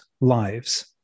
lives